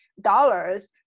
dollars